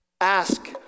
ask